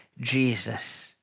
Jesus